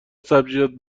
سبزیجات